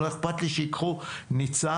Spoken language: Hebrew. לא אכפת לי שייקחו ניצב,